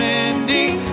ending